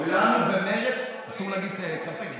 כולנו במרץ, אסור לעשות קמפיין.